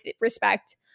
respect